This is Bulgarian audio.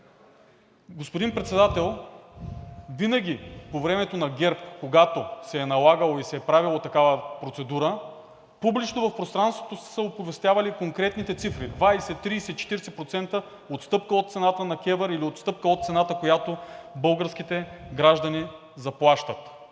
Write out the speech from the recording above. Господин Председател, винаги по времето на ГЕРБ, когато се е налагало и се е правела такава процедура, публично в пространството са се оповестявали конкретните цифри – 20, 30, 40% отстъпка от цената на КЕВР, или отстъпка от цената, която българските граждани заплащат.